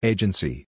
Agency